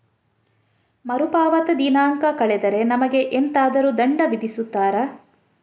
ಮರುಪಾವತಿ ದಿನಾಂಕ ಕಳೆದರೆ ನಮಗೆ ಎಂತಾದರು ದಂಡ ವಿಧಿಸುತ್ತಾರ?